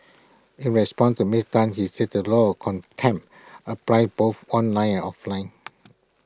in response to miss Tan he said the law of contempt applied both online and offline